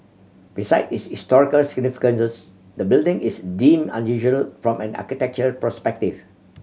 besides its historical significance the building is deemed unusual from an architectural perspective